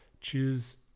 choose